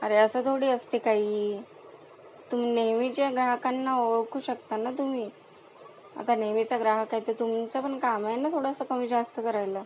अरे असं थोडी असते काही तुम्ही नेहमीच्या ग्राहकांना ओळखू शकता ना तुम्ही आता नेहमीचा ग्राहक आहे तर तुमचं पण काम आहे ना थोडंसं कमी जास्त करायला